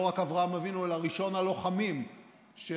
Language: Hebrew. לא רק אברהם אבינו אלא ראשון הלוחמים של